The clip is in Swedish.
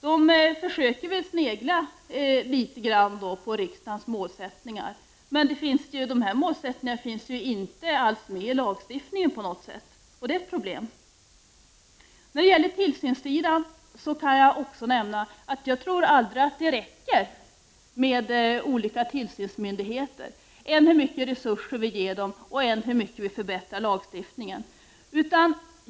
Man försöker där snegla litet grand på riksdagens målsättningar, men dessa finns inte alls med i lagstiftningen, och det är ett problem. När det gäller tillsynsfrågorna kan jag också nämna att jag inte tror att det någonsin kommer att räcka med enbart tillsynsmyndigheter, hur mycket vi än förbättrar lagstiftningen.